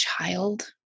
child